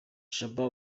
shaban